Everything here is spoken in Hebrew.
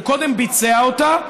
הוא קודם ביצע אותה,